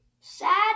sad